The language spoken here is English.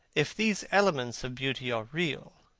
if these elements of beauty are real,